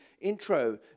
intro